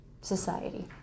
society